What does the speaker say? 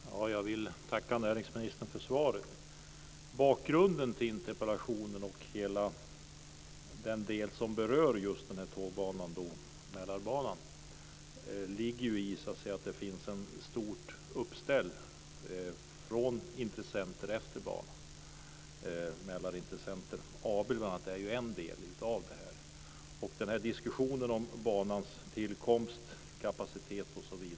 Fru talman! Jag vill tacka näringsministern för svaret. Bakgrunden till interpellationen och hela den del som berör Mälarbanan är att det finns ett stort uppställ från intressenter utefter banan. T.ex. är Mälarintressenter AB en del av detta.